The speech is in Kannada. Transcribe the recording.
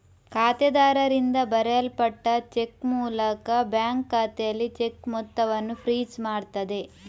ಖಾತೆದಾರರಿಂದ ಬರೆಯಲ್ಪಟ್ಟ ಚೆಕ್ ಮೂಲಕ ಬ್ಯಾಂಕು ಖಾತೆಯಲ್ಲಿ ಚೆಕ್ ಮೊತ್ತವನ್ನ ಫ್ರೀಜ್ ಮಾಡ್ತದೆ